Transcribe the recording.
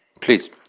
Please